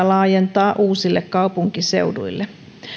laajentaa uusille kaupunkiseuduille